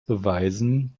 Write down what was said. beweisen